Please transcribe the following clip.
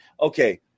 okay